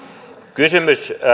kysymys